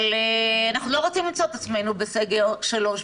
אנחנו לא רוצים למצוא את עצמנו בסגר שלישי,